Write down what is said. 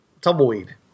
tumbleweed